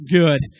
good